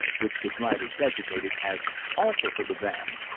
which the driver designated as also for the van.